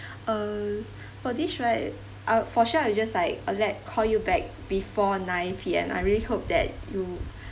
err for this right I'll for sure I'll just like uh let call you back before nine P_M I really hope that you